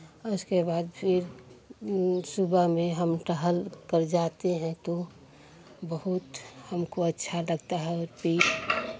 आ उसके बाद फिर सुबह में हम टहलकर जाते हैं तो बहुत हमको अच्छा लगता है और पीठ